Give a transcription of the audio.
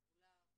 שקולה,